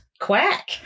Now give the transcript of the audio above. quack